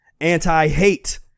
Anti-hate